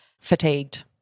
Fatigued